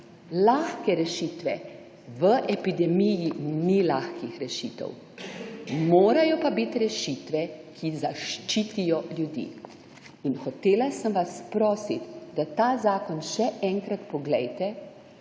lahke rešitve. V epidemiji ni lahkih rešitev. Morajo pa biti rešitve, ki zaščitijo ljudi. In hotela sem vas prositi, da ta zakon še enkrat poglejte